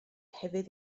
hefyd